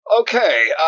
Okay